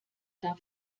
darf